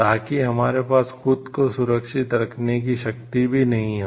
ताकि हमारे पास खुद को सुरक्षित रखने की शक्ति भी न हो